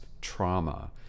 trauma